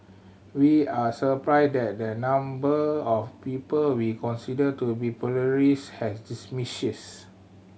we are surprised that the number of people we consider to be pluralist has diminishes